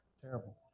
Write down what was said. terrible